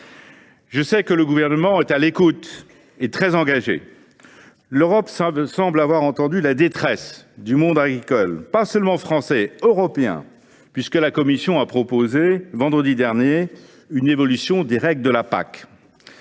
Je sais que le Gouvernement est très engagé et à l’écoute sur ce sujet. L’Europe semble avoir entendu la détresse du monde agricole, non seulement français, mais aussi européen, puisque la Commission a proposé, vendredi dernier, une évolution des règles de la PAC.